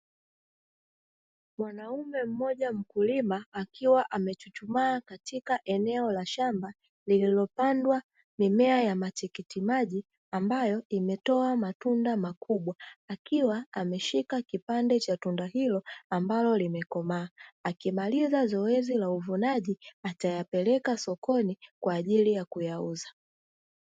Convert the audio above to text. Mwanaume mmoja mkulima akiwa amechuchumaa katika eneo la shamba lililopandwa mimea ya matikiti maji, ambayo imetoa matunda makubwa akiwa ameshika kipande cha tunda hilo ambalo limekomaa, akimaliza zoezi la uvunaji atayapeleka sokoni kwa ajili ya kuyauza.